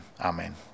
amen